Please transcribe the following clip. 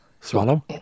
Swallow